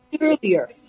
earlier